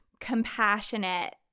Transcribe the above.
compassionate